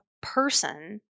person